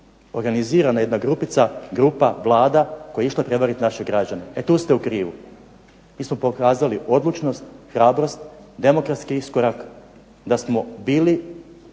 organizirana jedna grupica, grupa, Vlada, koja je išla prevarit naše građane. E tu ste u krivu. Mi smo pokazali odlučnost, hrabrost, demokratski iskorak, da smo bili